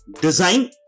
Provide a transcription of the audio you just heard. design